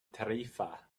tarifa